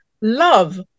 love